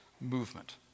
movement